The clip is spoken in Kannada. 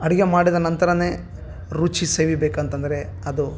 ಅಡಿಗೆ ಮಾಡಿದ ನಂತ್ರ ರುಚಿ ಸವಿಬೇಕಂತಂದರೆ ಅದು